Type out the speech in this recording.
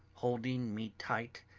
holding me tight,